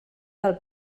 del